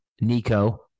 Nico